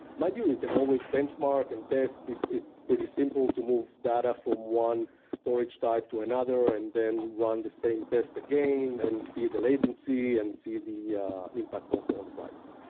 mind you, you can always benchmark and test. it's it's pretty simple to move data from one storage type to another and then run the same test again and see the latency and see the impact on so sole price.